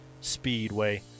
Speedway